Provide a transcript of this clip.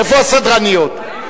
איפה הסדרניות?